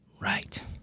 Right